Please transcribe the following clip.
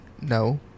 no